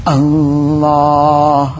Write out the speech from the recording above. Allah